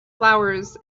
flowers